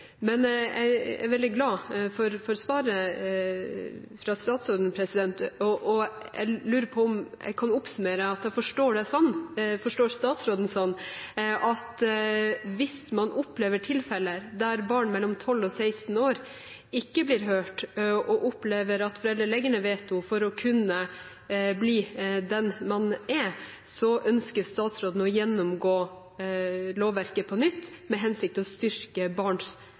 Men jeg er veldig glad for svaret fra statsråden, og jeg lurer på om jeg kan oppsummere at jeg forstår statsråden slik at hvis man opplever tilfeller der barn mellom 12 og 16 år ikke blir hørt, og opplever at foreldre legger ned veto mot at man skal kunne bli den man er, så ønsker statsråden å gjennomgå lovverket på nytt, i den hensikt å styrke barns